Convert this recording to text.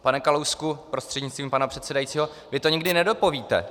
Pane Kalousku prostřednictvím pana předsedajícího, vy to nikdy nedopovíte.